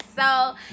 So-